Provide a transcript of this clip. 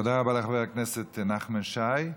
תודה רבה לחבר הכנסת נחמן שי.